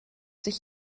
sich